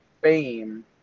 fame